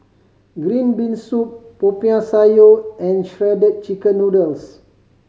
green bean soup Popiah Sayur and Shredded Chicken Noodles